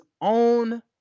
own